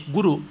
Guru